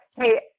hey